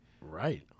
Right